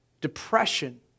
depression